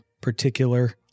particular